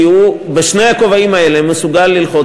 כי הוא בשני הכובעים האלה מסוגל ללחוץ